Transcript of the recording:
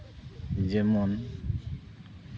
ᱡᱮᱢᱚᱱ